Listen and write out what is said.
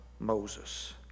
Moses